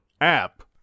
app